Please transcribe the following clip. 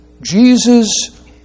Jesus